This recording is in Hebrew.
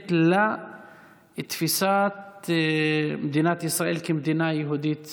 כמנוגדת לתפיסת מדינת ישראל כמדינה יהודית